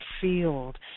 field